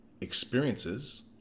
experiences